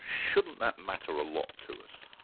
shouldn't that matter a lot to us?